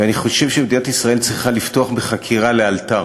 ואני חושב שמדינת ישראל צריכה לפתוח בחקירה לאלתר